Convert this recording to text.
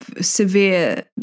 severe